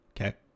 Okay